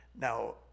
Now